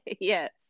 yes